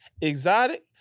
exotic